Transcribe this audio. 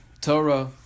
Torah